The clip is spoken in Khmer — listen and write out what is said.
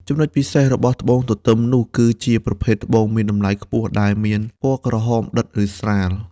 ចំណុចពិសេសរបស់ត្បូងទទឹមនោះ គឺជាប្រភេទត្បូងមានតម្លៃខ្ពស់ ដែលមានពណ៌ក្រហមដិតឬស្រាល។